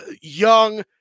young